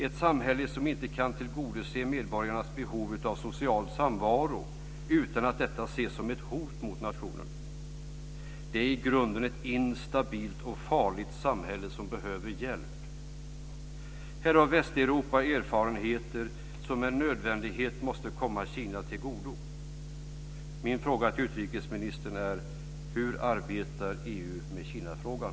Ett samhälle som inte kan tillgodose medborgarnas behov av social samvaro utan att detta ses som ett hot mot nationen är i grunden ett instabilt och farligt samhälle som behöver hjälp. Här har Västeuropa erfarenheter som med nödvändighet måste komma Kina tillgodo. Hur arbetar EU med Kinafrågan, utrikesministern?